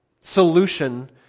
solution